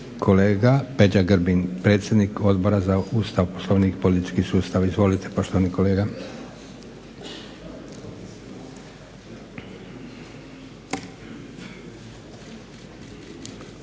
kolega Peđa Grbin predsjednik Odbora za Ustav, Poslovnik i politički sustav. Izvolite poštovani kolega.